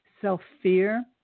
self-fear